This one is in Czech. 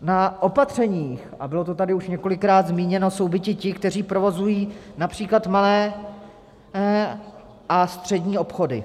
Na opatřeních, a bylo to tady už několikrát zmíněno, jsou biti ti, kteří provozují například malé a střední obchody.